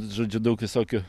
žodžiu daug visokių